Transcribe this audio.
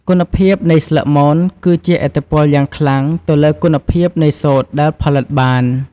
គុណភាពនៃស្លឹកមនគឺជះឥទ្ធិពលយ៉ាងខ្លាំងទៅលើគុណភាពនៃសូត្រដែលផលិតបាន។